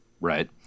Right